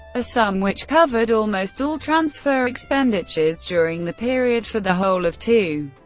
a sum which covered almost all transfer expenditures during the period for the whole of two.